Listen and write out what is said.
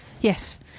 Yes